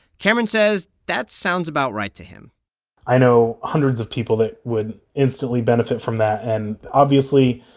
cameron says that sounds about right to him i know hundreds of people that would instantly benefit from that. and obviously,